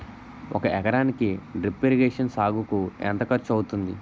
ఒక ఎకరానికి drip irrigation సాగుకు ఎంత ఖర్చు అవుతుంది?